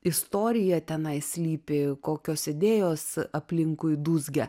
istorija tenai slypi kokios idėjos aplinkui dūzgia